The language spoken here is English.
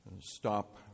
Stop